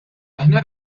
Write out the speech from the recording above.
aħna